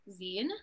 zine